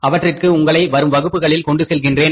அவற்றிற்கு உங்களை வரும் வகுப்புகளில் கொண்டு செல்கின்றேன்